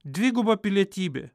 dviguba pilietybė